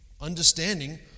understanding